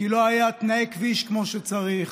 כי לא היו תנאי כביש כמו שצריך,